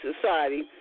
society